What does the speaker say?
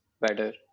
better